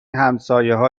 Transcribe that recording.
همسایهها